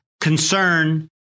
concern